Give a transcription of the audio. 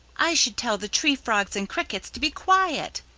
i should tell the tree-frogs and crickets to be quiet,